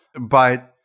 but-